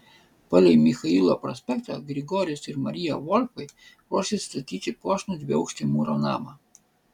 palei michailo prospektą grigorijus ir marija volfai ruošėsi statyti puošnų dviaukštį mūro namą